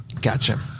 Gotcha